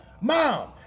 Mom